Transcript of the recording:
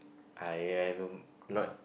I have not